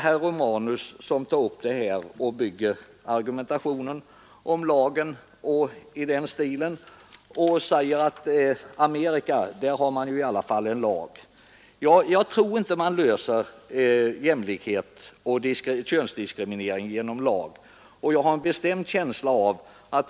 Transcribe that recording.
Herr Romanus bygger argumentationen på frågan om lagen och säger att i Amerika har man i alla fall en lag. Jag tror inte man löser frågan om jämlikhet och könsdiskriminering genom lag.